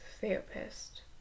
therapist